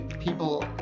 people